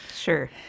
Sure